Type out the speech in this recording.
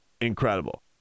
incredible